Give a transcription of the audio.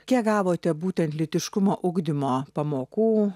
kiek gavote būtent lytiškumo ugdymo pamokų